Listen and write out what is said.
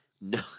No